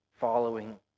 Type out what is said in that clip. following